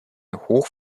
hoch